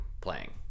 playing